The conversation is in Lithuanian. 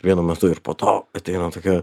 vienu metu ir po to ateina tokia